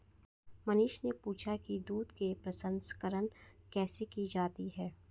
मनीष ने पूछा कि दूध के प्रसंस्करण कैसे की जाती है?